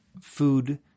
food